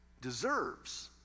deserves